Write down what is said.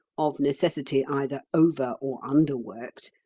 of necessity either over or underworked,